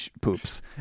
poops